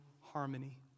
harmony